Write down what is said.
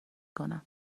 کنم